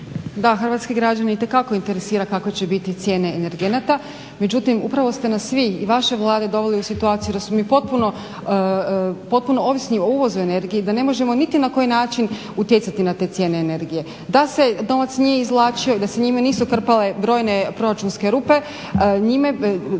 Da, hrvatske građane itekako interesira kakve će biti cijene energenata. Međutim, upravo ste nas vi i vaše Vlade dovele u situaciju da smo mi potpuno ovisni o uvozu energije, da ne možemo niti na koji način utjecati na te cijene energije. Da se novac nije izvlačio i da se njime nisu krpale brojne proračunske rupe moglo